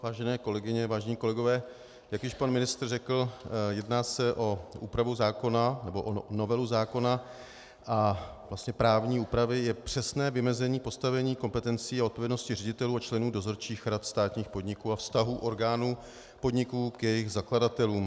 Vážené kolegyně, vážení kolegové, jak již pan ministr řekl, jedná se o úpravu zákona, nebo o novelu zákona, a vlastně právní úpravy je přesné vymezení postavení kompetencí a odpovědnosti ředitelů a členů dozorčích rad státních podniků a vztahů orgánů podniků k jejich zakladatelům.